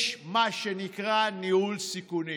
יש מה שנקרא ניהול סיכונים.